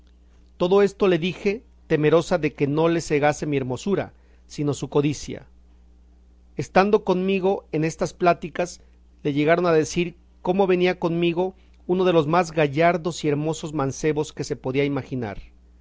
todo esto le dije temerosa de que no le cegase mi hermosura sino su codicia estando conmigo en estas pláticas le llegaron a decir cómo venía conmigo uno de los más gallardos y hermosos mancebos que se podía imaginar